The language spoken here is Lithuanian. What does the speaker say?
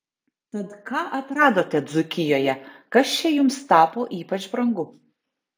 tad ką atradote dzūkijoje kas čia jums tapo ypač brangu